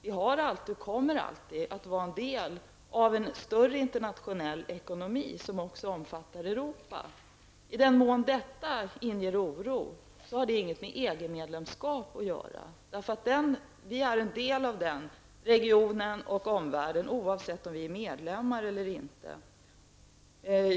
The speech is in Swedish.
Vi har alltid varit och kommer alltid att vara en del av en större internationell ekonomi, som också omfattar Europa. I den mån detta inger oro har det ingenting med EG-medlemskap att göra. Vi är en del av denna region och denna omvärld oavsett om vi är medlemmar i EG eller inte.